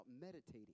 meditating